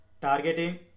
targeting